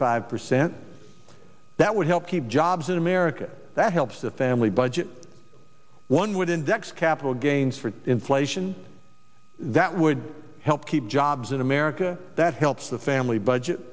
five percent that would help keep jobs in america that helps the family budget one would index capital gains for inflation that would help keep jobs in america that helps the family budget